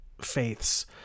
faiths